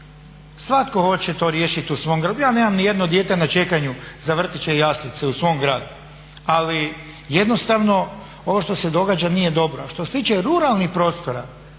Svatko hoće to riješit u svom gradu. Ja nemam nijedno dijete na čekanju za vrtiće i jaslice u svom gradu, ali jednostavno ovo što se događa nije dobro. A što se tiče ruralnih prostora,